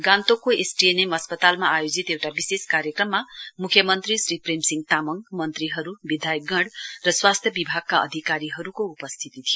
गान्तोकमा एसटीएनएम अस्पतालमा आयोजित एउटा विशेष कार्यक्रममा मुख्यमन्त्री श्री प्रेम सिंह तामाङ मन्त्रीहरू विधायकगण र स्वास्थ्य विभागका अधिकारीहरूको उपस्थिति थियो